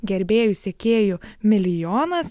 gerbėjų sekėjų milijonas